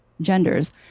genders